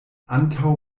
antaŭ